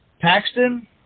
Paxton